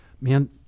Man